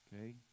Okay